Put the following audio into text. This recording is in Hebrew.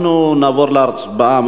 אנחנו נעבור להצבעה.